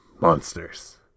monsters